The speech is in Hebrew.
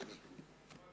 שני.